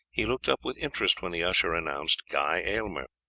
he looked up with interest when the usher announced guy aylmer.